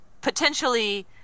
potentially